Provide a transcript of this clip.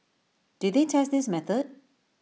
did they test this method